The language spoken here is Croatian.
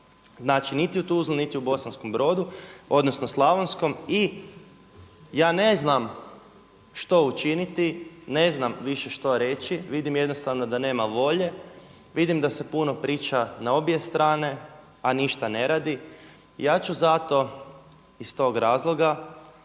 Znači niti u Tuzli, niti u Bosanskom Brodu odnosno Slavonskom i ja ne znam što učiniti. Ne znam više što reći, vidim jednostavno da nema volje, vidim da se puno priča na obje strane a ništa ne radi. Ja ću zato iz tog razloga